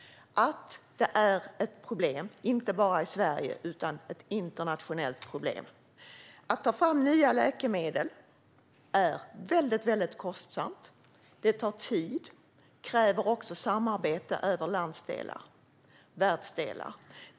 Det är ett problem inte bara i Sverige utan internationellt. Att ta fram nya läkemedel är väldigt kostsamt. Det tar tid och kräver också samarbete över länder och världsdelar.